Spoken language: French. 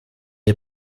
est